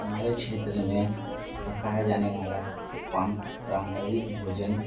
हमारे क्षेत्र में पकाए जाने वाला परंपरिक भोजन